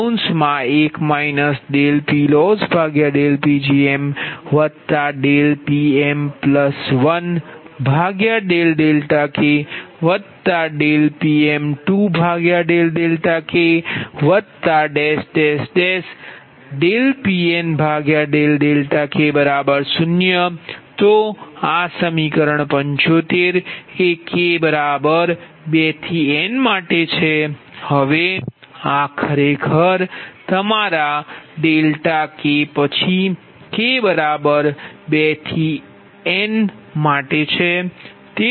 હવે આ ખરેખર તમારા ડેલ્ટા k પછી k 23 n માટે છે